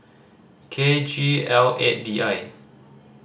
K G L eight D I